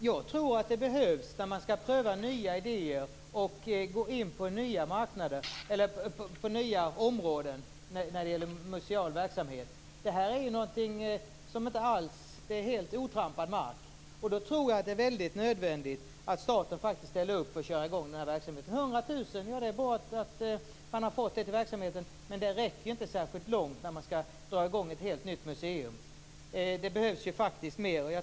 Herr talman! När man skall pröva nya idéer eller gå in på nya områden för museal verksamhet behövs stöd. Detta är ju helt obruten mark. Därför är det nödvändigt att staten ställer upp för att man skall kunna köra i gång verksamheten. Det är bra att man har fått 100 000 kr, men det räcker inte särskilt långt när man skall dra i gång ett helt nytt museum. Det behövs faktiskt mer.